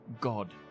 God